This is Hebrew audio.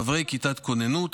חברי כיתת כוננות,